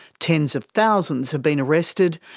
tens of thousands have been arrested,